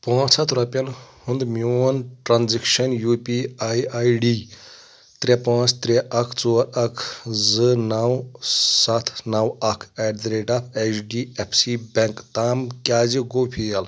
پانٛژھ ہَتھ رۄپِیَن ہُنٛد میون transaction U P I I D ترٛےٚ پانٛژھ ترٛےٚ اکھ ژور اکھ زٕ نَو ستھ نو اکھ at the rate of H D F C bank تام کیٛازِ گوٚو فیل